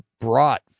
brought